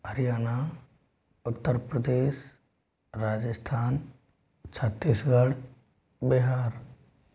Haryana Uttar Pradesh Rajasthan Chhattisgarh Bihar